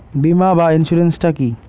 বিমা বা ইন্সুরেন্স টা কি?